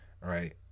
right